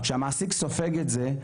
כשהמעסיק סופג את זה,